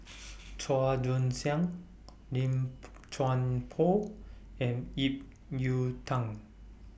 Chua Joon Siang Lim Chuan Poh and Ip Yiu Tung